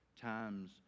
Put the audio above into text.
times